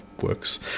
works